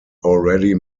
already